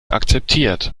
akzeptiert